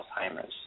Alzheimer's